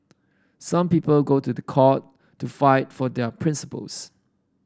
some people go to the court to fight for their principles